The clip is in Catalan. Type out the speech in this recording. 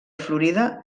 florida